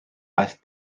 aeth